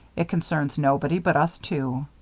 it concerns nobody but us two.